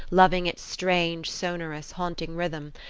loving its strange, sonorous, haunting rhythm,